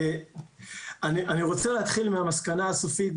אני רוצה להתחיל מהמסקנה הסופית,